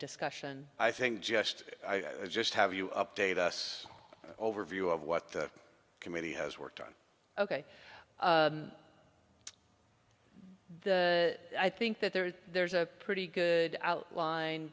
discussion i think just i just have you update us overview of what the committee has worked on ok the i think that there is there's a pretty good outline